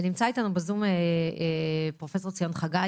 מקריאה הודעה נוספת: